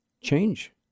change